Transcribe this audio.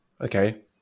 Okay